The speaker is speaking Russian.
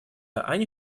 они